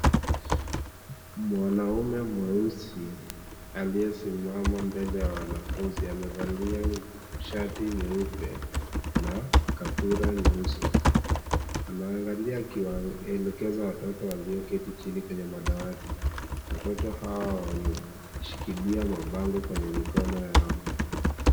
Mwanaume mweusi aliyesimama mbele ya wanafunzi amevalia shati nyeupe na kaptura nyeusi. Anawangalia akiwaelekeza watoto walioketi chini kwenye madawati. Watoto hawa wameshikilia mabango kwenye mikono yao.